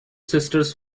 sisters